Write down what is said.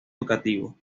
educativo